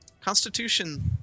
constitution